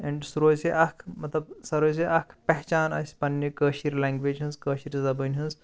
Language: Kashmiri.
ایٚنٛڈ سُہ روزِ ہا اکھ مَطلَب سۄ روزِ ہا اکھ پیٚہچان اَسہِ پَننہِ کٲشِر لینٛگویج ہٕنٛز کٲشِر زَبٲنہِ ہٕنٛز